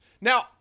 Now